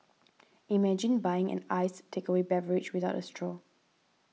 imagine buying an iced takeaway beverage without a straw